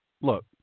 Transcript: Look